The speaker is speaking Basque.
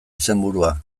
izenburua